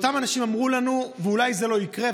אותם אנשים אמרו לנו: ואולי זה לא יקרה?